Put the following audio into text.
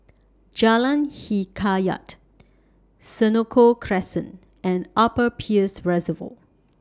Jalan Hikayat Senoko Crescent and Upper Peirce Reservoir